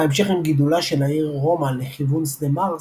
בהמשך עם גידולה של העיר רומא לכיוון שדה מרס,